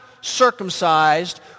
circumcised